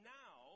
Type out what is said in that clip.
now